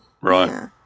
Right